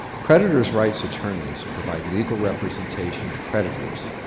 creditors' rights attorneys provide legal representation to creditors,